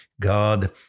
God